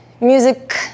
Music